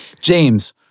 James